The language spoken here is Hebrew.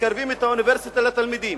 מקרבים את האוניברסיטה לתלמידים,